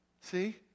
See